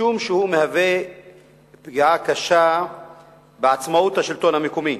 משום שהוא מהווה פגיעה קשה בעצמאות השלטון המקומי,